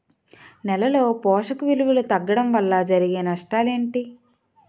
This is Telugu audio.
నేలలో పోషక విలువలు తగ్గడం వల్ల జరిగే నష్టాలేంటి?